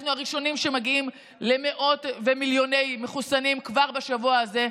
אנחנו הראשונים שמגיעים למאות ומיליוני מחוסנים כבר בשבוע הזה,